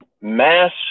mass